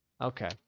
Okay